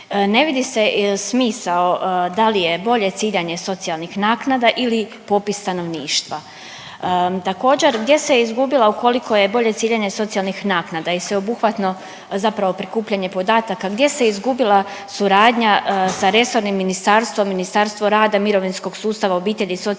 Ne vidi se smisao da li je bolje ciljanje socijalnih naknada ili popis stanovništva. Također gdje se je izgubila ukoliko je bolje ciljanje socijalnih naknada i sveobuhvatno zapravo prikupljanje podataka, gdje se izgubila suradnja sa resornim ministarstvom, Ministarstvo rada, mirovinskog sustava, obitelji i socijalne